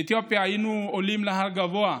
באתיופיה היינו עולים להר גבוה,